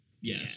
Yes